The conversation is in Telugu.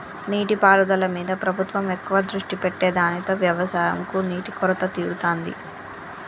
నీటి పారుదల మీద ప్రభుత్వం ఎక్కువ దృష్టి పెట్టె దానితో వ్యవసం కు నీటి కొరత తీరుతాంది